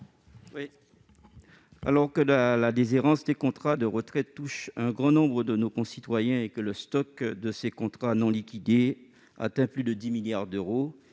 Alors que la déshérence des contrats de retraite supplémentaire concerne un grand nombre de nos concitoyens et que l'encours du stock des contrats non liquidés atteint plus de 10 milliards d'euros,